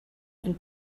and